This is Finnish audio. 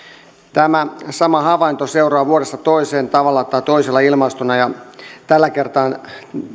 tämä sama havainto seuraa vuodesta toiseen tavalla tai toisella ilmaistuna ja tällä kertaa